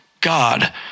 God